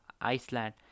iceland